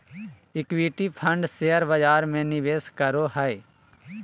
equity fund share बजार में निवेश करो हइ